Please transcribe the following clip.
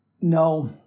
No